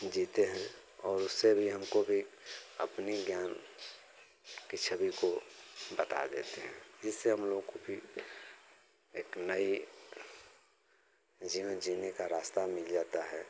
जीते हैं और उससे भी हमको भी अपनी ज्ञान की छवि को बता देते हैं जिससे हम लोगों को भी एक नई जीवन जीने का रास्ता मिल जाता है